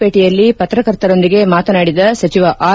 ಪೇಟೆಯಲ್ಲಿ ಪತ್ರಕರ್ತರೊಂದಿಗೆ ಮಾತನಾಡಿದ ಸಚಿವ ಆರ್